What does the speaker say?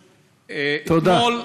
אתמול,